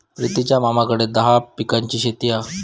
प्रितीच्या मामाकडे दहा पिकांची शेती हा